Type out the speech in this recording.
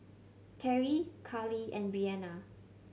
Cary Karlee and Breanna